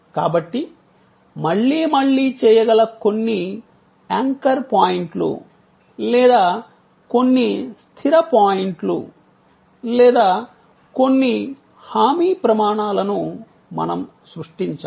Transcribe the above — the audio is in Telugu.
కాబట్టి మళ్లీ మళ్లీ చేయగల కొన్ని యాంకర్ పాయింట్లు లేదా కొన్ని స్థిర పాయింట్లు లేదా కొన్ని హామీ ప్రమాణాలను మనం సృష్టించాలి